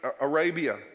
Arabia